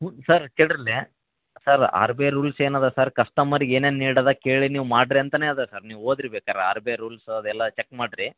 sir ಕೇಳಿರಿಲ್ಲಿ sir R B I rules ಏನದೆ sir ಕಸ್ಟಮರ್ಗೆ ಏನೇನು ನೀಡಿ ಅದು ಕೇಳಿ ನೀವು ಮಾಡಿರಿ ಅಂತಾನೆ ಅದೆ ಸರ್ ನೀವು ಓದಿರಿ ಬೇಕರೆ ಆರ್ ಬಿ ಐ ರೂಲ್ಸು ಅದೆಲ್ಲ ಚಕ್ ಮಾಡಿರಿ